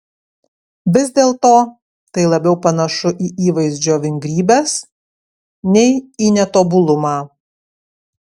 vis dėlto tai labiau panašu į įvaizdžio vingrybes nei į netobulumą